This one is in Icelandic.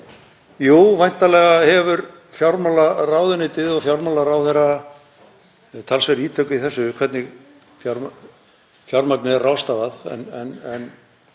jú, væntanlega hefur fjármálaráðuneytið og fjármálaráðherra talsverð ítök í því hvernig fjármagni er ráðstafað. En